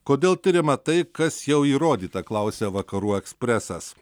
kodėl tiriama tai kas jau įrodyta klausia vakarų ekspresas